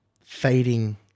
fading